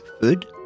food